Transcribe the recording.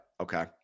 Okay